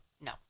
No